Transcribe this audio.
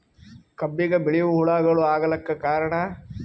ಕಬ್ಬಿಗ ಬಿಳಿವು ಹುಳಾಗಳು ಆಗಲಕ್ಕ ಕಾರಣ?